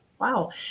wow